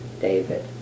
David